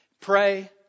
Pray